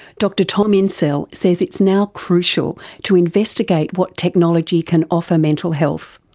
dr tom insel says it's now crucial to investigate what technology can offer mental health,